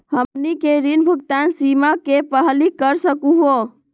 हमनी के ऋण भुगतान समय सीमा के पहलही कर सकू हो?